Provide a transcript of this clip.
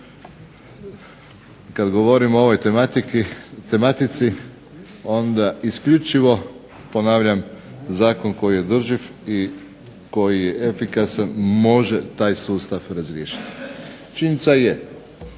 kada govorimo o ovoj tematici onda isključivo, ponavljam, zakon koji je održiv i koji je efikasan može taj sustav razriješiti. Činjenica je